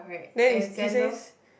then is he says